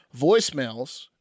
Voicemails